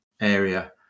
area